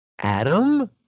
Adam